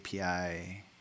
API